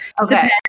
Okay